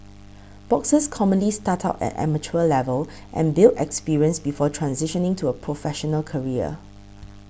boxers commonly start out at amateur level and build experience before transitioning to a professional career